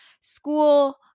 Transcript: school